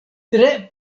tre